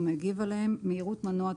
או מגיב עליהם: מהירות מנוע,